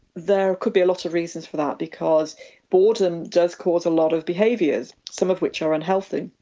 there could be a lot of reasons for that, because boredom does cause a lot of behaviours, some of which are unhealthy.